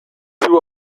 two